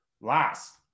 last